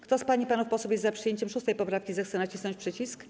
Kto z pań i panów posłów jest za przyjęciem 6. poprawki, zechce nacisnąć przycisk.